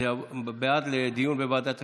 זה לדיון בוועדת הכספים.